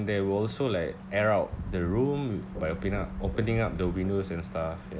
there were also like air out the room by opening up opening up the windows and stuff